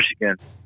Michigan